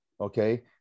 Okay